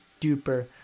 duper